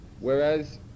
Whereas